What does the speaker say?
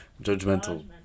judgmental